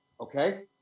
Okay